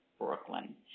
Brooklyn